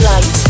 Light